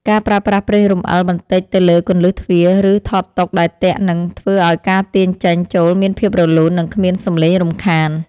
ការប្រើប្រាស់ប្រេងរំអិលបន្តិចទៅលើគន្លឹះទ្វារ ឬថតតុដែលទាក់ នឹងធ្វើឱ្យការទាញចេញចូលមានភាពរលូន និងគ្មានសំឡេងរំខាន។